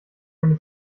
meine